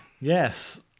Yes